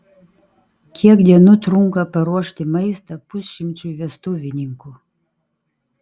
kiek dienų trunka paruošti maistą pusšimčiui vestuvininkų